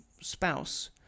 spouse